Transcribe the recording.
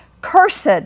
Cursed